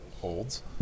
holds